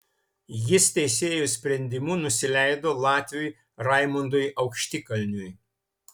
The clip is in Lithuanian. jis teisėjų sprendimu nusileido latviui raimondui aukštikalniui